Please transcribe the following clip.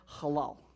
halal